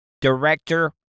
director